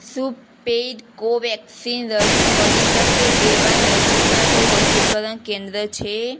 શું પેઈડ કોવેક્સિન રસી મળી શકે એવા નજીકના કોઈ રસીકરણ કેન્દ્ર છે